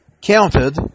counted